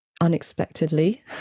unexpectedly